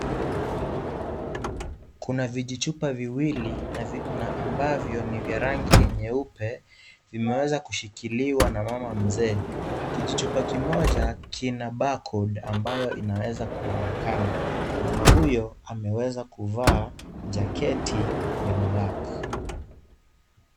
Kuna vijichupa viwili na vi- na ambavyo ni vya rangi nyeupe vimeweza kushikiliwa na mama mzee. Kijichupa kimoja kina barcode ambayo inaweza kuonekana. Mama huyo ameweza kuvaa jaketi ya black .